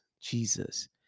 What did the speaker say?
Jesus